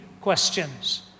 questions